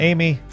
Amy